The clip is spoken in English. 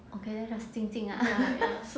okay lah just 静静 lah